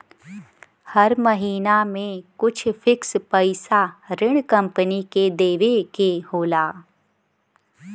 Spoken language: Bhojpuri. हर महिना में कुछ फिक्स पइसा ऋण कम्पनी के देवे के होला